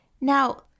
Now